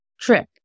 trick